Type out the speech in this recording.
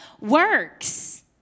works